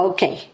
Okay